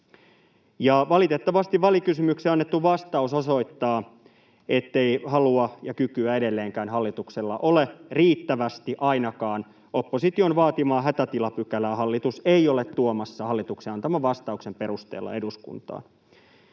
valitettavasti välikysymykseen annettu vastaus osoittaa, ettei halua ja kykyä edelleenkään hallituksella ole, riittävästi ainakaan. Opposition vaatimaa hätätilapykälää hallitus ei ole tuomassa hallituksen antaman vastauksen perusteella eduskuntaan.